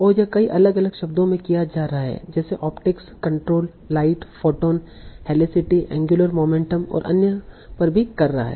और यह कई अलग अलग शब्दों में किया जा रहा है जैसे optics control light photon helicity angular momentum और अन्य पर भी कर रहा है